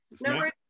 Number